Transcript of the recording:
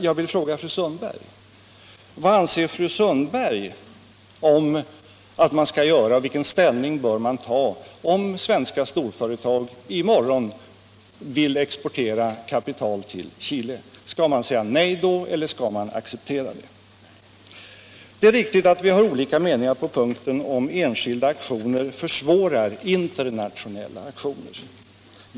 Jag vill fråga fru Sundberg: Vad anser fru Sundberg att man skall göra och vilken ställning bör man inta om svenska storföretag i morgon vill exportera kapital till Chile? Skall man säga nej då eller acceptera det? Det är riktigt att vi har olika meningar på punkten om enskilda aktioner försvårar internationella aktioner.